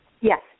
Yes